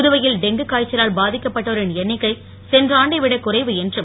புதுவையில் டெங்கு காய்ச்சலால் பாதிக்கப்பட்டோரின் எண்ணிக்கை சென்ற ஆண்டைவிட குறைவு என்றும்